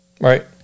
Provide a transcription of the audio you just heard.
Right